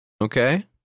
Okay